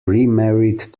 remarried